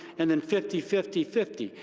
and then fifty fifty fifty,